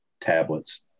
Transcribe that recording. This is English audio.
tablets